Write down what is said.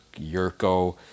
Yurko